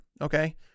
okay